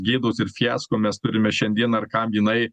gėdos ir fiasko mes turime šiandien ar kam jinai